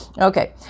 Okay